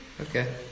Okay